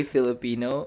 Filipino